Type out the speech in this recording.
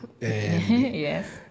Yes